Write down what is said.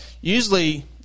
usually